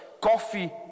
coffee